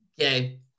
okay